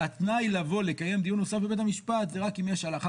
התנאי לקיים דיון נוסף בבית המשפט זה רק אם יש הלכה